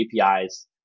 APIs